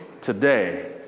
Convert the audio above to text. today